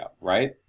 right